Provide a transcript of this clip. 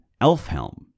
Elfhelm